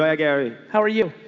ah gary, how are you?